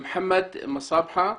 מוחמד מסאבחה,